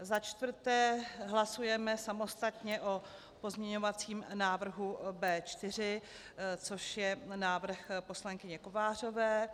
Za čtvrté hlasujeme samostatně o pozměňovacím návrhu B4, což je návrh poslankyně Kovářové.